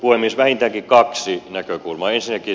vähintäänkin kaksi näkökulmaa